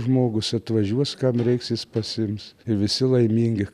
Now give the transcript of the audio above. žmogus atvažiuos kam reiks jis pasiims ir visi laimingi